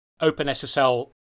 OpenSSL